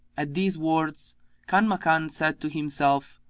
at these words kanmakan said to himself,